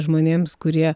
žmonėms kurie